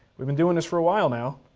we've been doin' this for a while now.